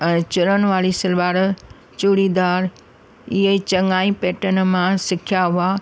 ऐ चूणनि वारी सलवार चूड़ीदार इहे चङा ई पैटर्न मां सिखिया हुआ